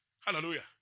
Hallelujah